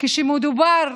כשמדובר